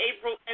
April